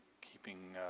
keeping